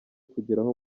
kugeraho